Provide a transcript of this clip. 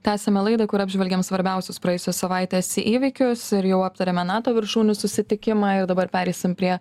tęsiame laidą kur apžvelgiam svarbiausius praėjusios savaitės įvykius ir jau aptarėme nato viršūnių susitikimą ir dabar pereisim prie